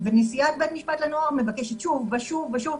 ונשיאת בית המשפט לנוער מבקשת שוב ושוב ושוב.